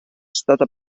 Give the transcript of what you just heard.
stata